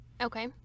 Okay